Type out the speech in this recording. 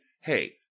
hey